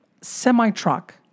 semi-truck